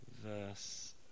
verse